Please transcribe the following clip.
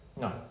No